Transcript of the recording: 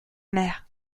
mère